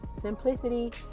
simplicity